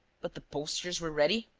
but the posters were ready?